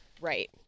Right